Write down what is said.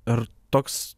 ir toks